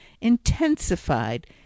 intensified